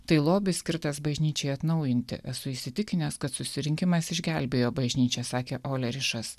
tai lobis skirtas bažnyčiai atnaujinti esu įsitikinęs kad susirinkimas išgelbėjo bažnyčią sakė olerišas